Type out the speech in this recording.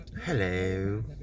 hello